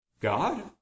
God